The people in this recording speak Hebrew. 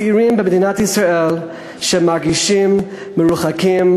צעירים במדינת ישראל שמרגישים מרוחקים,